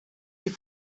die